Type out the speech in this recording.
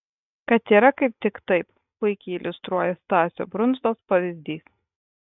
kad yra kaip tik taip puikiai iliustruoja stasio brundzos pavyzdys